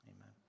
amen